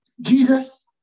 Jesus